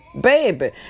baby